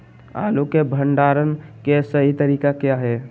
आलू के भंडारण के सही तरीका क्या है?